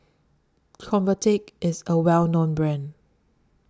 Convatec IS A Well known Brand